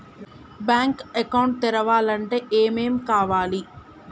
Bank account తెరవాలంటే ఏమేం కావాలి?